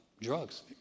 drugs